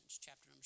chapter